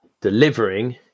delivering